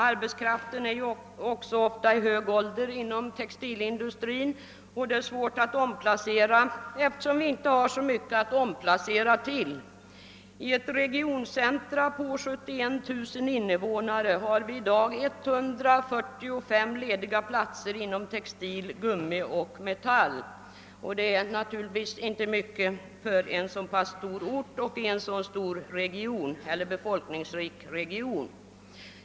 Arbetskraften är också ofta i hög ålder inom textilindustrin och den är svår att omplacera eftersom man inte har så mycket att omplacera till. I ett regioncentrum på 71 000 invånare finns i dag 145 lediga platser inom textil-, gummioch metallindustrierna och det är inte mycket för en så pass stor ort och befolkningsregion.